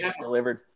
Delivered